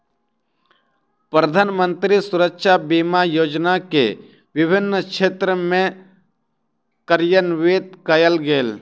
प्रधानमंत्री सुरक्षा बीमा योजना के विभिन्न क्षेत्र में कार्यान्वित कयल गेल